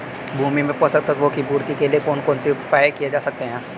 भूमि में पोषक तत्वों की पूर्ति के लिए कौन कौन से उपाय किए जा सकते हैं?